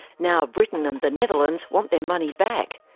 now britain and the netherlands want their money back.